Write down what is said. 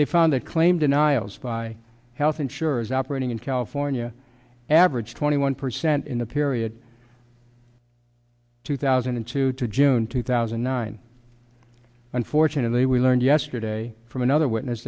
they found that claim denials by health insurers operating in california averaged twenty one percent in the period two thousand and two to june two thousand and nine unfortunately we learned yesterday from another witness